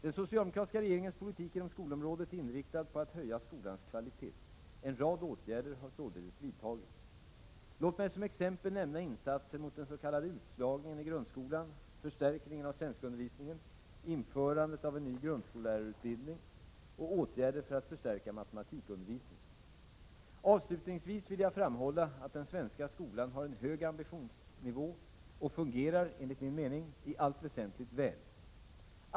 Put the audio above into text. Den socialdemokratiska regeringens politik inom skolområdet är inriktad på att höja skolans kvalitet. En rad åtgärder har därför vidtagits. Låt mig som exempel nämna insatser mot den s.k. utslagningen i grundskolan, förstärkning av svenskundervisningen, införandet av en ny grundskollärarutbildning och åtgärder för att förstärka matematikundervisningen. Avslutningsvis vill jag framhålla att den svenska grundskolan har en hög ambitionsnivå och enligt min mening fungerar i allt väsentligt väl.